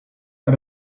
out